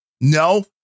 no